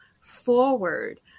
forward